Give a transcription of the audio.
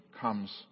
comes